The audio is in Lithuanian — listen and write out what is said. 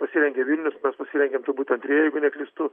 pasirengė vilnius pas mus įrengėm turbūt antrieji jeigu neklystu